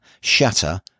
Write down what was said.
shatter